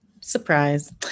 surprise